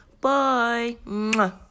Bye